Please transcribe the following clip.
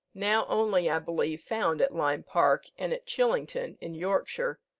now only, i believe, found at lyme park, and at chillington, in yorkshire,